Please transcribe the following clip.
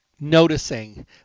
noticing